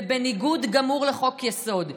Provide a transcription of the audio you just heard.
זה בניגוד גמור לחוק-יסוד.